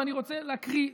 ואני רוצה להקריא,